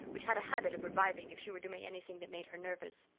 which had a habit of reviving if she were doing anything that made her nervous.